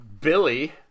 Billy